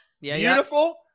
Beautiful